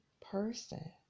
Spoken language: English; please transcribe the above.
person